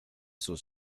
sus